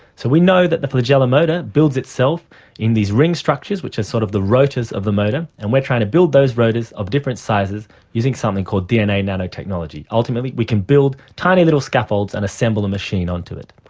so we know that the flagellar motor builds itself in these ring structures, which are sort of the rotors of the motor, and we are trying to build those rotors of different sizes using something called dna nanotechnology. ultimately we can build tiny little scaffolds and assemble the machine onto it.